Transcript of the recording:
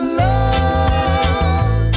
love